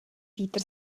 vítr